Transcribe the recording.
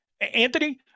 anthony